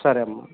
సరే అమ్మా